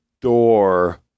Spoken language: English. door